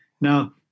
Now